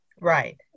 Right